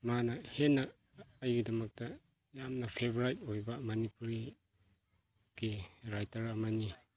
ꯃꯥꯅ ꯍꯦꯟꯅ ꯑꯩꯒꯤꯗꯃꯛꯇ ꯌꯥꯝꯅ ꯐꯦꯚꯣꯔꯥꯏꯠ ꯑꯣꯏꯕ ꯃꯅꯤꯄꯨꯔꯤꯒꯤ ꯔꯥꯏꯇꯔ ꯑꯃꯅꯤ